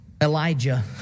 Elijah